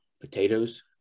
Potatoes